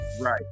Right